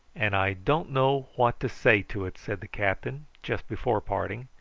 and i don't know what to say to it, said the captain just before parting.